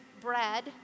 bread